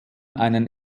einen